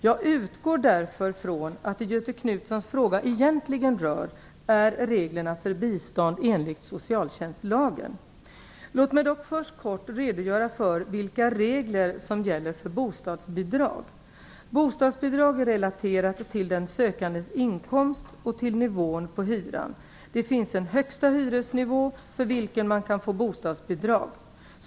Jag utgår därför från att det Göthe Knutsons fråga egentligen rör är reglerna för bistånd enligt socialtjänstlagen. Låt mig dock först kort redogöra för vilka regler som gäller för bostadsbidrag. Bostadsbidrag är relaterat till den sökandes inkomst och nivån på hyran. Det finns en högsta hyresnivå för vilken man kan få bostadsbidrag.